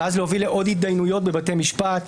ואז להוביל לעוד הידיינויות בבתי משפט,